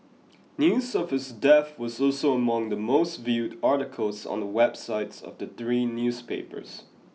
news of his death was also among the most viewed articles on the websites of the three newspapers